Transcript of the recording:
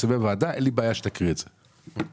אין לי בעיה שתקריא את זה בוועדה".